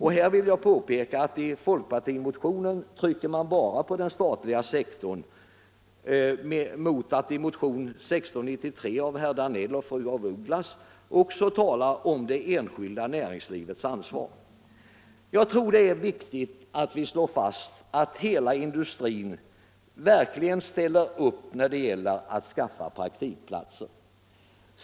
Här vill jag påpeka att man i folkpartimotionen trycker bara på den statliga sektorn, medan det i motionen 1693 av herr Danell och fru af Ugglas också talas om det enskilda näringslivets ansvar. Jag tror det är viktigt att vi slår fast att hela industrin verkligen måste ställa upp när det gäller att skaffa praktikplatser.